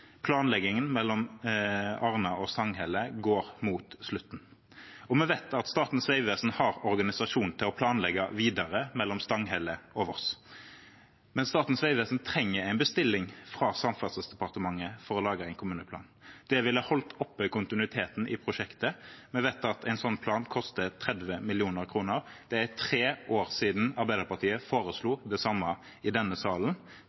Planleggingen mellom Arna og Stanghelle går mot slutten, og vi vet at Statens vegvesen har organisasjon til å planlegge videre mellom Stanghelle og Voss, men Statens vegvesen trenger en bestilling fra Samferdselsdepartementet for å lage en kommuneplan. Det ville holdt oppe kontinuiteten i prosjektet. Vi vet at en slik plan koster 30 mill. kr. Det er tre år siden Arbeiderpartiet foreslo det samme i denne salen,